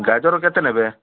ଗାଜର କେତେ ନେବେ